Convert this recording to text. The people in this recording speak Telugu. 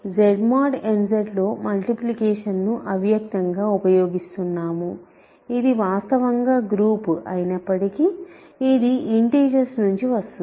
Z mod n Z లో మల్టిప్లికేషన్ ను అవ్యక్తంగా ఉపయోగిస్తున్నాము ఇది వాస్తవంగా గ్రూప్ అయినప్పటికీ ఇది ఇంటిజర్స్ నుంచి వస్తుంది